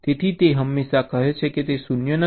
તેથી તે હંમેશા કહે છે કે તે 0 નથી